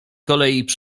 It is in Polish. kolei